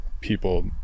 people